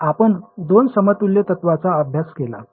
तर आपण दोन समतुल्य तत्त्वांचा अभ्यास केला